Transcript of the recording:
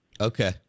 Okay